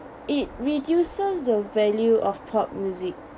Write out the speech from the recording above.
it reduces the value of pop music